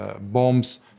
bombs